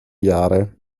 jahre